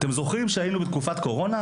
אתם זוכרים שהיינו בתקופת קורונה?